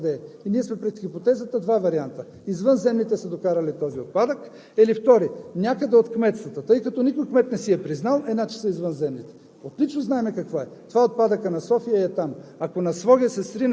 Защото в момента, когато имат в реката, изведнъж всички бягат и никой не знае откъде е и ние сме пред хипотеза в два варианта: извънземните са докарали този отпадък или, втори, някъде от кметствата. Тъй като никой кмет не си е признал, значи са извънземните.